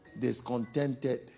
discontented